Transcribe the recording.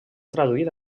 traduït